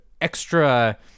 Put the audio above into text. extra